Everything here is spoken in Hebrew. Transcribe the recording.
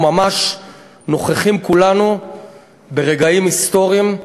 אנחנו ממש נוכחים כולנו ברגעים היסטוריים,